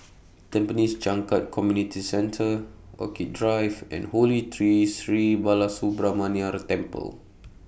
Tampines Changkat Community Centre Orchid Drive and Holy Tree Sri Balasubramaniar Temple